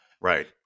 Right